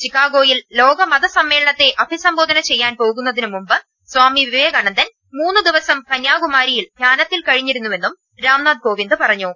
ചിക്കാഗോയിൽ ലോക മതസമ്മേളനത്തെ അഭിസംബോധന ചെയ്യാൻ പോകുന്നതിന് മുമ്പ് സ്വാമി വിവേ കാനന്ദൻ മൂന്ന് ദിവസം കന്യാകുമാരിയിൽ ധ്യാനത്തിൽ കഴി ഞ്ഞിരുന്നുവെന്നും രാംനാഥ് കോവിന്ദ് പറഞ്ഞു